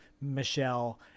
Michelle